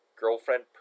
girlfriend